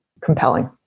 compelling